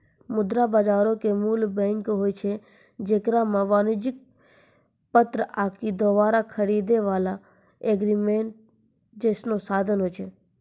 मुद्रा बजारो के मूल बैंक होय छै जेकरा मे वाणिज्यक पत्र आकि दोबारा खरीदै बाला एग्रीमेंट जैसनो साधन होय छै